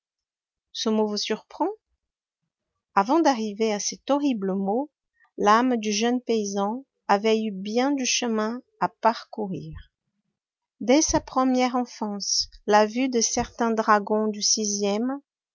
ce mot vous surprend avant d'arriver à cet horrible mot l'âme du jeune paysan avait eu bien du chemin à parcourir dès sa première enfance la vue de certains dragons du